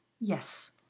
Yes